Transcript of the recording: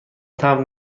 تمبر